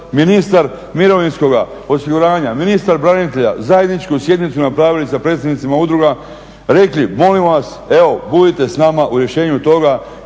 ministar mirovinskog osiguranja, ministar branitelja, zajedničku sjednicu napravili sa predsjednicima udruga, rekli molimo vas evo budite s nama u rješenju toga